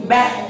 Back